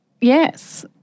yes